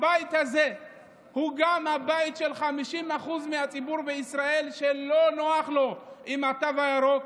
הבית הזה הוא גם הבית של 50% מהציבור בישראל שלא נוח לו עם התו הירוק,